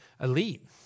elite